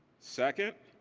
second,